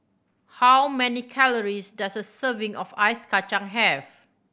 how many calories does a serving of ice kacang have